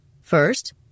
First